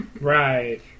Right